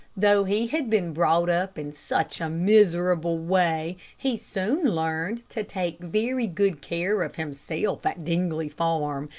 though he had been brought up in such a miserable way, he soon learned to take very good care of himself at dingley farm,